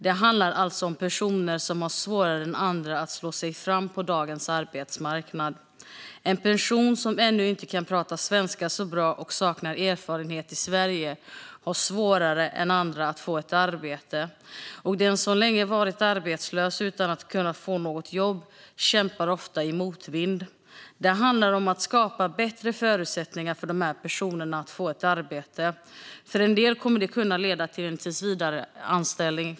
Det handlar om personer som har svårare än andra att slå sig fram på dagens arbetsmarknad. En person som ännu inte kan prata svenska så bra och saknar erfarenhet i Sverige har svårare än andra att få ett arbete. Den som länge varit arbetslös utan att kunna få något jobb kämpar ofta i motvind. Det handlar om att skapa bättre förutsättningar för de personerna att få ett arbete. För en del kommer det att kunna leda till en tillsvidareanställning.